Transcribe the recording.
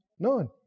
None